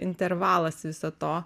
intervalas viso to